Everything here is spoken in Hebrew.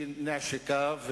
ההשקעות.